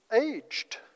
aged